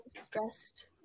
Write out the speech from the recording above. stressed